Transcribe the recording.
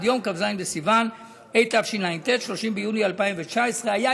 יום כ"ז בסיוון התשע"ט (30 ביוני 2019)'".